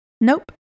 Nope